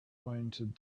pointed